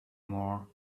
more